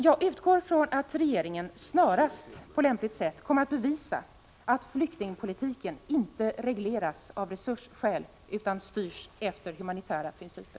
Jag utgår från att regeringen snarast på lämpligt sätt bevisar att flyktingpolitiken inte regleras av resursskäl utan styrs av humanitära principer.